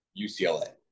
UCLA